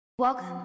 Welcome